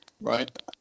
right